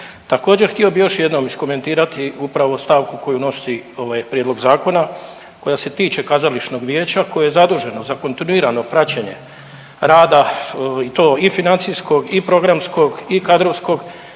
Također htio bi još jednom iskomentirati upravo stavku koju nosi ovaj prijedlog zakona koja se tiče kazališnog vijeća koje je zaduženo za kontinuirano praćenje rada i to i financijskog i programskog i kadrovskog.